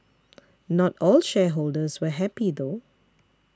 not all shareholders were happy though